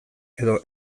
edo